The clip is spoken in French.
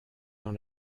dans